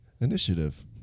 Initiative